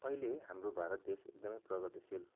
अहिले हाम्रो भारत देश एकदमै प्रगतिशील